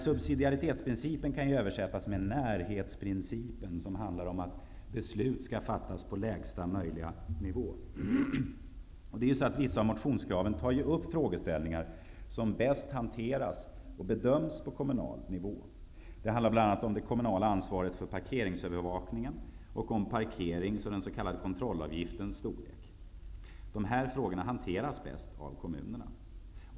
Subsidiaritetsprincipen kan översättas med närhetsprincipen, som handlar om att beslut skall fattas på lägsta möjliga nivå. Vissa av motionskraven tar upp frågeställningar som bäst hanteras och bedöms på kommunal nivå. Det handlar bl.a. om det kommunala ansvaret för parkeringsövervakningen och om parkerings och den s.k. kontrollavgiftens storlek. Dessa frågor hanteras bäst av kommunerna.